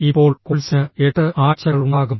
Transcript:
ഇപ്പോൾ കോഴ്സിന് 8 ആഴ്ചകളുണ്ടാകും